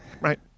right